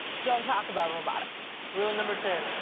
don't talk about robotics. rule number two.